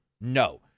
No